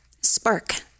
spark